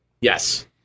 Yes